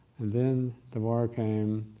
and then the war came,